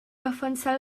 defensà